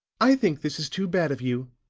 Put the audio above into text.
i think this is too bad of you,